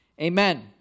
Amen